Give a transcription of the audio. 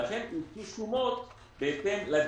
ולכן, ניתנו שומות בהתאם לדין.